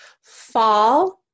fall